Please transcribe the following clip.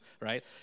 right